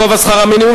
גובה שכר מינימום),